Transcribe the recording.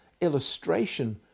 illustration